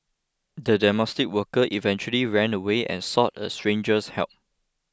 the domestic worker eventually ran away and sought a stranger's help